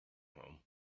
home